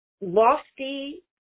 lofty